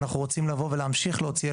אנחנו רוצים לבוא ולהמשיך להוציא את